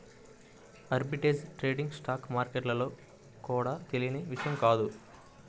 arbitrage trading stock మార్కెట్లలో కూడా తెలియని విషయం కాదు